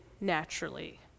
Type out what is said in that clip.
naturally